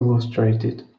illustrated